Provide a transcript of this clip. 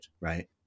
Right